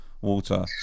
water